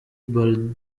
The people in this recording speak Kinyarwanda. baldwin